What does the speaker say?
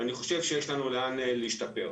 ואני חושב שיש לנו לאן להשתפר.